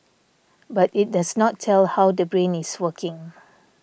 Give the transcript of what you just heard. but it does not tell how the brain is working